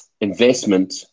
investment